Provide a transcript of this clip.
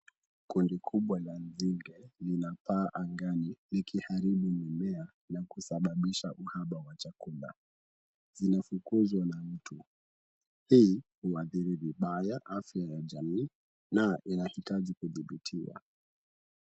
Kundi kubwa la nzige linapaa angani likiharibu mimea na kusababisha uhaba wa chakula. Zinafukuzwa na mtu. Hii huathiri vibaya afya ya jamii na inahitaji kudhibitiwa.